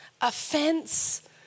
offense